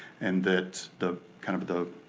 and that the, kind of the,